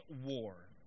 war